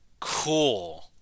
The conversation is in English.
cool